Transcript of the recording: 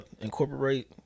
incorporate